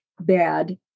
bad